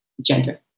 gender